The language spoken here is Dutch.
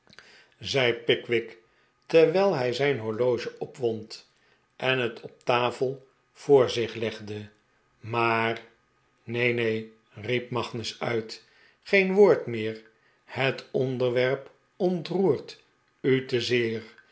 verdwaald pickwick terwijl hij zijn horloge opwond en net op de tafel voor zich legde maar neen neen riep magnus uit geen woord meer het onderwerp ontroert u te zeer